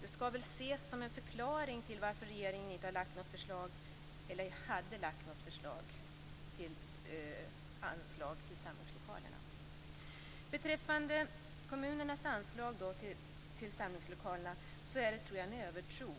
Det skall väl ses som en förklaring till varför regeringen inte hade lagt fram något förslag till anslag till samlingslokalerna. Beträffande kommunernas anslag till samlingslokaler tror jag att det finns en övertro.